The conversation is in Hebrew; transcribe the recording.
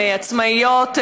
עצמאיות,